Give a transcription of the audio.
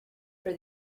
for